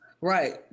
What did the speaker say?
right